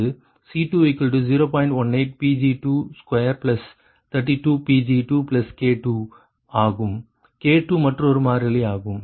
18 Pg2232 Pg2K2 ஆகும் K2 மற்றொரு மாறிலி ஆகும்